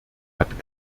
hat